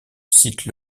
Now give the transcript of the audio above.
cite